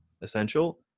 essential